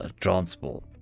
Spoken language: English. transport